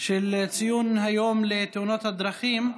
של ציון היום לתאונות הדרכים,